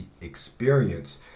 experience